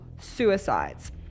suicides